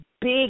big